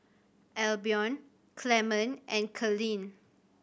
Albion Clement and Collin